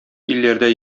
илләрдә